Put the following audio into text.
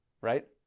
right